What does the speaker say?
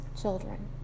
children